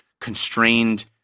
constrained